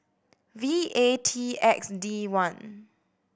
V A T X D one